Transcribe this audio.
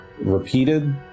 repeated